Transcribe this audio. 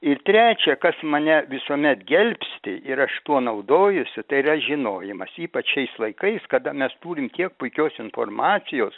ir trečia kas mane visuomet gelbsti ir aš tuo naudojuosi tai yra žinojimas ypač šiais laikais kada mes turim tiek puikios informacijos